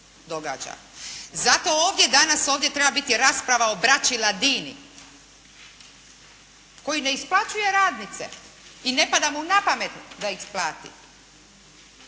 Zato ovdje danas, ovdje treba biti rasprava o braći Ladini koji ne isplaćuje radnice i ne pada mu napamet da ih plati.